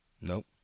Nope